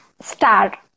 star